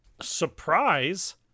surprise